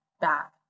back